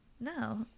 no